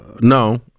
No